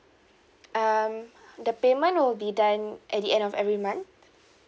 um the payment will be done at the end of every month